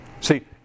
See